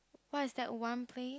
what is the one place